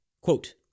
quote